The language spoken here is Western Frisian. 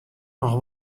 noch